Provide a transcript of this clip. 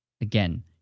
again